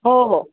हो हो